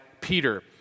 Peter